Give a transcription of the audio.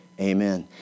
Amen